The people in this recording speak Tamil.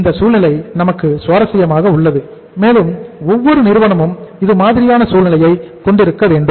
இந்த சூழ்நிலை நமக்கு சுவாரசியமாக உள்ளது மேலும் ஒவ்வொரு நிறுவனமும் இது மாதிரியான சூழ்நிலையை கொண்டிருக்க வேண்டும்